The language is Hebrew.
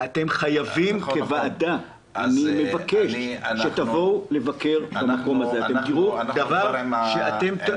חייבים כוועדה ואני מבקש שתבואו לבקר ותראו דבר -- אנחנו נדבר